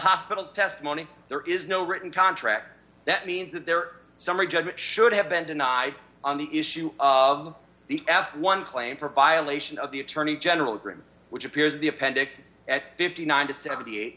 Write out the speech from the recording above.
hospital's testimony there is no written contract that means that their summary judgment should have been denied on the issue of the f one claim for violation of the attorney general agreement which appears in the appendix at fifty nine dollars to seventy eight